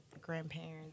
grandparents